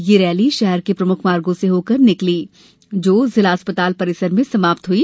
यह रैली शहर के प्रमुख मार्गो से होकर निकली जो जिला चिकित्सालय परिसर में समाप्त हई